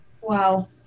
Wow